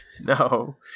No